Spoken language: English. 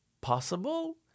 possible